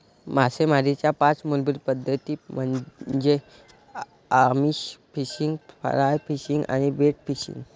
मासेमारीच्या पाच मूलभूत पद्धती म्हणजे आमिष फिशिंग, फ्लाय फिशिंग आणि बेट फिशिंग